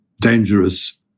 dangerous